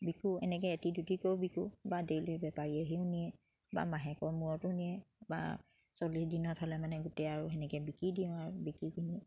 বিকো এনেকে এটি দুটিকেও বিকো বা ডেইলি বেপাৰী আহিও নিয়ে বা মাহেকৰ মূৰতো নিয়ে বা চল্লিছ দিনত হ'লে মানে গোটেই আৰু সেনেকে বিকি দিওঁ আৰু